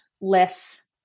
less